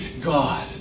God